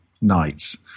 nights